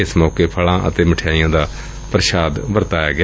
ਏਸ ਮੌਕੇ ਫਲਾਂ ਅਤੇ ਮਠਿਆਈਆਂ ਦਾ ਪ੍ਰਸ਼ਾਦ ਚੜਾਇਆ ਗਿਆ